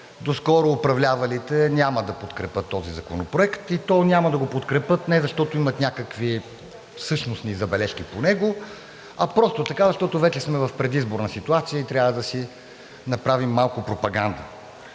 доскоро управлявалите няма да подкрепят този законопроект, и то няма да го подкрепят не защото имат някакви същности забележки по него, а просто така, защото вече сме в предизборна ситуация и трябва да си направим малко пропаганда.